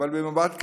אבל במבט קדימה,